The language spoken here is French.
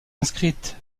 inscrite